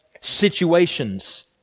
situations